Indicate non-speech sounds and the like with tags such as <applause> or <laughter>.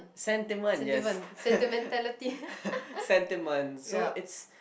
sentiment yes <laughs> sentiment so it's